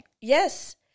Yes